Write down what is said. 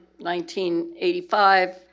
1985